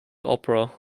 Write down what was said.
opera